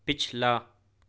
پچھلا